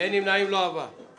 אין הצעה לתיקון החקיקה (9)